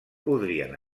podrien